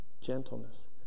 gentleness